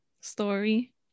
story